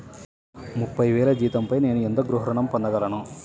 ముప్పై వేల జీతంపై నేను ఎంత గృహ ఋణం పొందగలను?